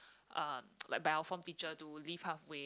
um like by our form teacher to leave halfway